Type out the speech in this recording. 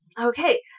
Okay